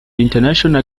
international